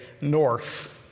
north